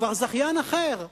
כבר זכיין אחר,